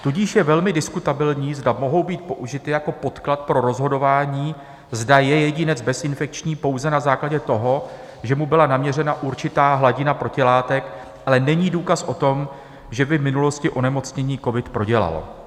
Tudíž je velmi diskutabilní, zda mohou být použity jako podklad pro rozhodování, zda je jedinec bezinfekční pouze na základě toho, že mu byla naměřena určitá hladina protilátek, ale není důkaz o tom, že by v minulosti onemocnění covid prodělal.